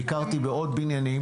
ביקרתי בעוד בניינים.